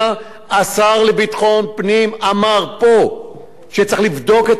השר לביטחון הפנים אמר פה שצריך לבדוק את המקרה הזה,